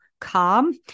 calm